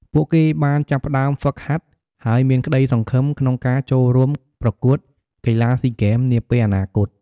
ពួកគេបានចាប់ផ្ដើមហ្វឹកហាត់ ហើយមានក្ដីសង្ឃឹមក្នុងការចូលរួមប្រកួតកីឡាស៊ីហ្គេមនាពេលអនាគត។